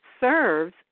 serves